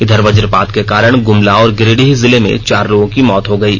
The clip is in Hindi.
इधर वजपात के कारण गुमला और गिरिडीह जिले में चार लोगों की मौत हो गयी